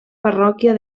parròquia